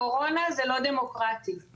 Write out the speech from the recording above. קורונה זה לא דמוקרטי.